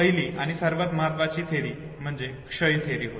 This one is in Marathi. पहिली आणि सर्वात महत्वाची थेअरी म्हणजे क्षय थेअरी होय